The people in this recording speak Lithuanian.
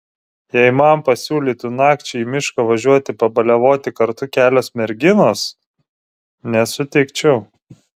jei man pasiūlytų nakčiai į mišką važiuoti pabaliavoti kartu kelios merginos nesutikčiau